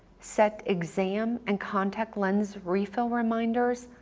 set exam and contact lens refill reminders,